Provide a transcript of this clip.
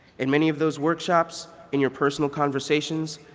and many of those workshops and your personal conversations,